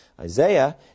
Isaiah